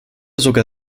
sogar